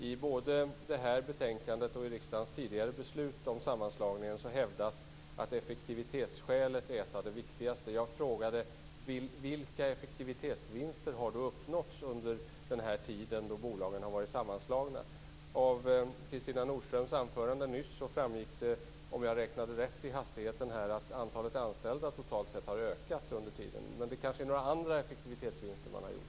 I både det här betänkandet och i riksdagens tidigare beslut om sammanslagningen hävdas att effektivitetsskälet är ett av de viktigaste skälen. Jag frågade vilka effektivitetsvinster som då har uppnåtts under den tid då bolagen varit sammanslagna. Av Kristina Nordströms anförande nyss framgick det, om jag räknade rätt i hastigheten, att antalet anställda totalt sett har ökat under den här tiden. Men man kanske har gjort några andra effektivitetsvinster?